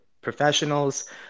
professionals